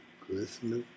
Christmas